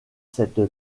cette